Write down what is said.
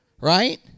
right